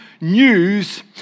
news